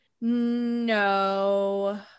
No